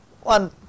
one